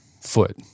foot